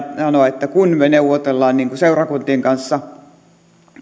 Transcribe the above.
sanoa että kun me neuvottelemme seurakuntien kanssa